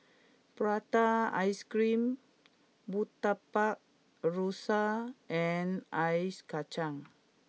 Prata Ice Cream Murtabak Rusa and Ice Kacang